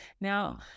Now